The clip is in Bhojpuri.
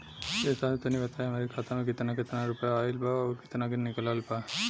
ए साहब तनि बताई हमरे खाता मे कितना केतना रुपया आईल बा अउर कितना निकलल बा?